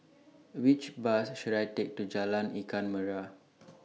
Which Bus should I Take to Jalan Ikan Merah